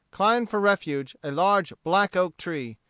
climbed for refuge a large black-oak tree,